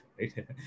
Right